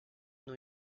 new